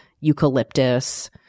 eucalyptus